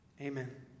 Amen